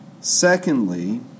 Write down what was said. Secondly